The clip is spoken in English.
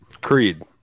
Creed